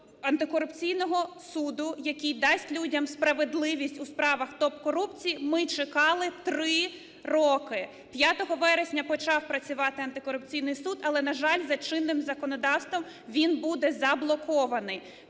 антикорупційного суду, який дасть людям справедливість у справах топ-корупції, ми чекали 3 роки. 5 вересня почав працювати антикорупційний суд, але, на жаль, за чинним законодавством він буде заблокований.